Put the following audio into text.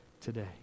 today